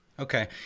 Okay